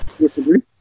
Disagree